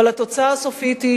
אבל התוצאה הסופית היא